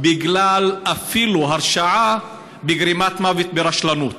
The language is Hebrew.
אפילו בגלל הרשעה בגרימת מוות ברשלנות,